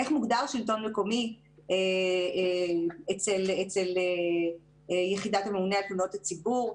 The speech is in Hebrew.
איך מוגדר שלטון מקומי אצל יחידת הממונה על תלונות הציבור,